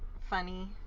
funny